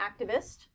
activist